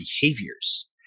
behaviors